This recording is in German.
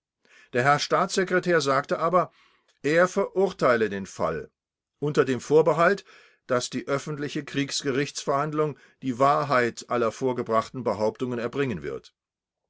der herr staatssekretär sagte aber er verurteile den fall unter dem vorbehalt daß die öffentliche kriegsgerichtsverhandlung die wahrheit aller vorgebrachten behauptungen erbringen wird